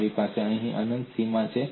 તમારી પાસે અહીં અનંત સીમા છે